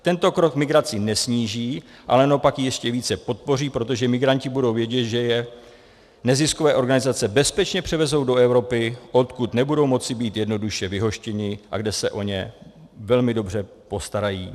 Tento krok migraci nesníží, ale naopak ji ještě více podpoří, protože migranti budou vědět, že je neziskové organizace bezpečně převezou do Evropy, odkud nebudou moci být jednoduše vyhoštěni a kde se o ně velmi dobře postarají.